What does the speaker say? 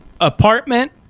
apartment